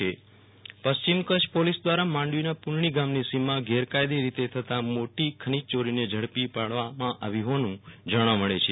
વિરલ રાણા ખનિજ ચોરી પુનડી પશ્ચિમ કચ્છ પોલીસ દ્વારા માંડવીના પુનડી ગામની સીમમાં ગેરકાયદાકિય રીતે થતી મોટી ખનીજ ચોરી ને ઝડપી પાડવામાં આવી હોવાનું જાણવા મળે છે